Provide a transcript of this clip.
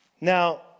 Now